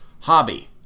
Hobby